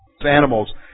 animals